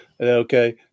Okay